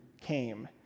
came